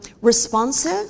responsive